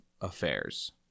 affairs